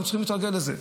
אנחנו צריכים להתרגל לזה.